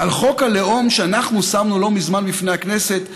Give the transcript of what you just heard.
על חוק הלאום שאנחנו שמנו לא מזמן בפני הכנסת,